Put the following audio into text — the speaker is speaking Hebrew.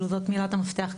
זאת מילת המפתח,